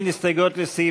הסתייגות מס'